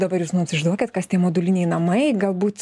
dabar jūs mums išduokit kas tie moduliniai namai galbūt